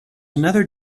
another